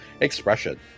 expression